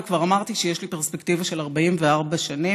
וכבר אמרתי שיש לי פרספקטיבה של 44 שנים,